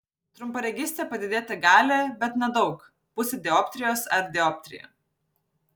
trumparegystė padidėti gali bet nedaug pusę dioptrijos ar dioptriją